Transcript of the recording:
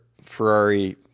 Ferrari